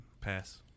Pass